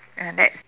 uh that's the